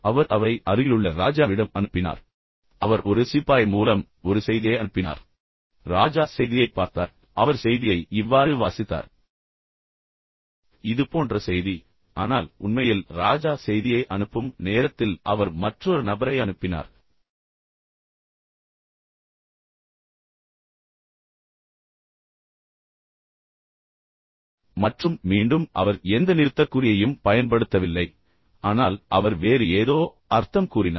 அவர் அவரை அருகிலுள்ள ராஜாவிடம் அனுப்பினார் பின்னர் அவர் ஒரு சிப்பாய் மூலம் ஒரு செய்தியை அனுப்பினார் பின்னர் ராஜா செய்தியைப் பார்த்தார் பின்னர் அவர் செய்தியை இவ்வாறு வாசித்தார் இது போன்ற செய்தி ஆனால் உண்மையில் ராஜா செய்தியை அனுப்பும் நேரத்தில் அவர் மற்றொரு நபரை அனுப்பினார் மற்றும் மீண்டும் அவர் எந்த நிறுத்தற்குறியையும் பயன்படுத்தவில்லை ஆனால் அவர் வேறு ஏதோ அர்த்தம் கூறினார்